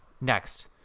Next